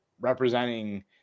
representing